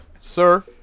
sir